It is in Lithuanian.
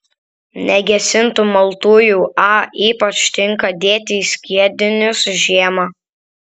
negesintų maltųjų a ypač tinka dėti į skiedinius žiemą